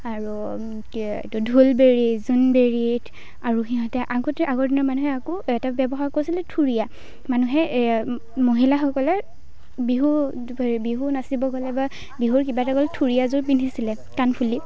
আৰু কি এইটো ঢোলবিৰি জোনবিৰি আৰু সিহঁতে আগতে আগৰ দিনৰ মানুহে আকৌ এটা ব্যৱহাৰ কৰিছিলে থুৰিয়া মানুহে এই মহিলাসকলে বিহু হেৰি বিহু নাচিব গ'লে বা বিহুৰ কিবা এটা গ'লে থুৰিয়াযোৰ পিন্ধিছিলে কাণফুলি